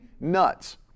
nuts